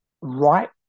right